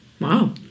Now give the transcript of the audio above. wow